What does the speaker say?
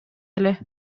эле